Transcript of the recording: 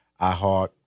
iHeart